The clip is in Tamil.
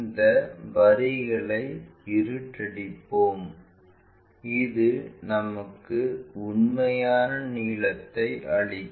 இந்த வரிகளை இருட்டடிப்போம் இது நமக்கு உண்மையான நீளத்தை அளிக்கும்